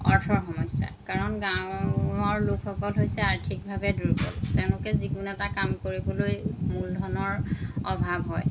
অৰ্থৰ সমস্যা কাৰণ গাঁৱৰ লোকসকল হৈছে আৰ্থিকভাৱে দুৰ্বল তেওঁলোকে যিকোনো এটা কাম কৰিবলৈ মূলধনৰ অভাৱ হয়